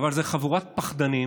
אבל זו חבורת פחדנים